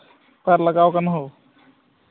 ᱚᱠᱟᱨᱮ ᱞᱟᱜᱟᱣ ᱠᱟᱱᱟ ᱦᱳ